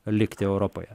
likti europoje